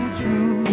true